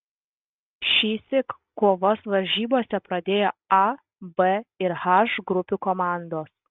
šįsyk kovas varžybose pradėjo a b ir h grupių komandos